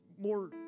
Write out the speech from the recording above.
more